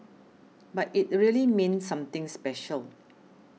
but it really means something special